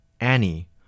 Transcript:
Annie